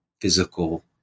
physical